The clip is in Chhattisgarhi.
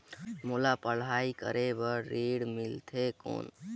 मोला पढ़ाई करे बर ऋण मिलथे कौन?